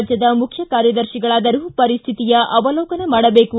ರಾಜ್ಯದ ಮುಖ್ಯ ಕಾರ್ಯದರ್ತಿಗಳಾದರೂ ಪರಿಸ್ವಿತಿಯ ಅವಲೋಕನ ಮಾಡಬೇಕು